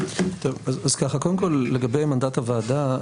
קודם כל לגבי מנדט הוועדה,